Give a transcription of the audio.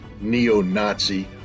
neo-Nazi